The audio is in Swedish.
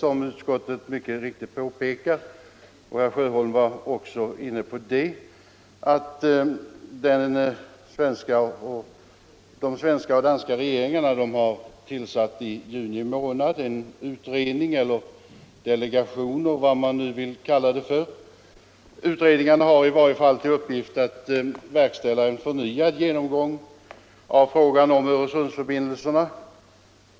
Som utskottet mycket riktigt påpekar — även herr Sjöholm var inne på det — tillsatte de svenska och danska regeringarna i juni månad ett slags utredning eller en delegation. Utredningen har till uppgift att göra en förnyad genomgång av frågan om Öresundsförbindelserna.